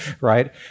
Right